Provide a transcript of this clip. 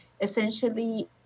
essentially